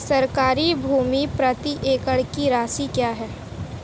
सरकारी भूमि प्रति एकड़ की राशि क्या है?